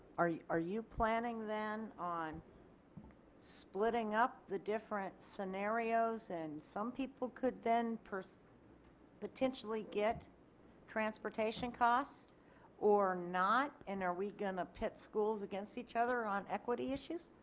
are you are you planning then on splitting up the different scenarios and some people could then potentially get transportation costs or not and are we going to pit schools against each other on equity issues?